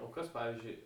o kas pavyzdžiui